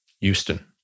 Houston